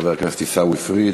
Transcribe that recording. חבר הכנסת עיסאווי פריג',